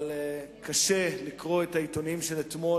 אבל קשה לקרוא את העיתונים של אתמול